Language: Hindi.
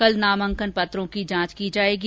कल नामांकन पत्रों की जांच की जाएगी